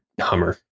hummer